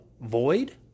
void